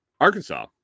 Arkansas